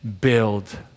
build